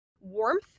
warmth